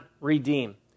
redeem